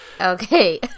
Okay